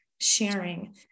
sharing